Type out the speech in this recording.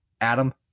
Adam